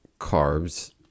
carbs